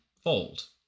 fold